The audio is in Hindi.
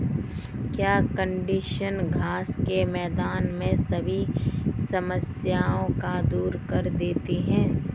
क्या कंडीशनर घास के मैदान में सभी समस्याओं को दूर कर देते हैं?